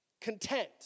content